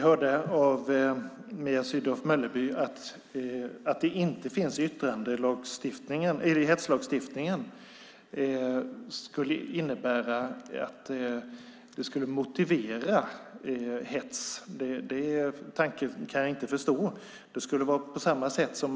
Herr talman! Att detta inte finns med i hetslagstiftningen skulle motivera hets, sade Mia Sydow Mölleby. Det kan jag inte förstå.